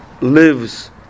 lives